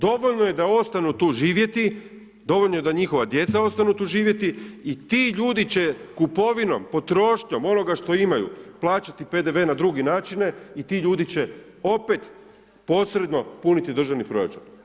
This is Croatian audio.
Dovoljno je da ostanu tu živjeti, dovoljno je da njihova djeca ostanu tu živjeti i ti ljudi će kupovinom, potrošnjom onoga što imaju plaćati PDV na druge načine i ti ljudi će opet posredno puniti državni proračun.